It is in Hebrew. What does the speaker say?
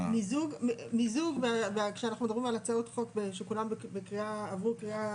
המיזוג -- כשאנחנו מדברים על הצעות חוק שכולם עברו קריאה